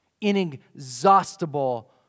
inexhaustible